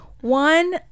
One